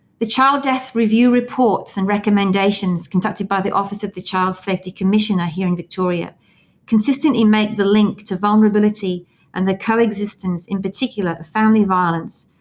the child death review reports and recommendations conducted by the office of the child safety commissioner here in victoria consistently make the link to vulnerability and the coexistence in particular of family violence,